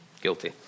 Guilty